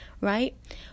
right